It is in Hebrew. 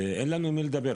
ואין לנו עם מי לדבר.